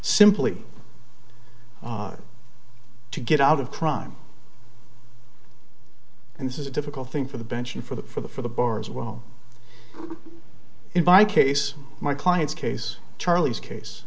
simply to get out of crime and this is a difficult thing for the bench and for the for the for the bar as well in by case my client's case charlie's case